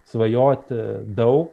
svajoti daug